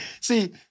see